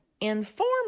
inform